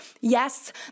Yes